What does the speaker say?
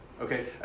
okay